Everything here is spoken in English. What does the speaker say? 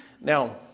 Now